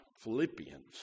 Philippians